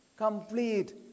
Complete